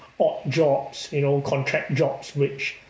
odd jobs you know contract jobs which